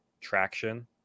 traction